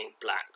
black